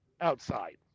outside